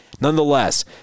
nonetheless